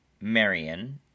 Marion